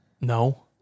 No